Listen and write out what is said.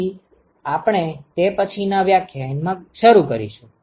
તેથી આપણે તે પછીના વ્યાખ્યાનમાં શરૂ કરીશું